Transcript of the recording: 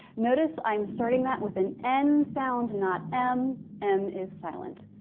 notice i'm starting that with an n sound not m. m is silent.